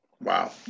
Wow